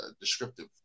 descriptive